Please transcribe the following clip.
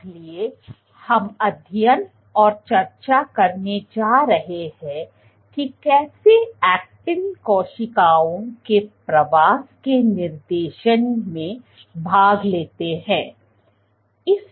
इसलिए हम अध्ययन और चर्चा करने जा रहे हैं कि कैसे ऐक्टिन कोशिकाओं के प्रवास के निर्देशन में भाग लेता है